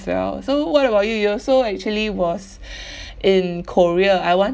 as well so what about you you also actually was in korea I want